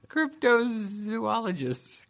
Cryptozoologists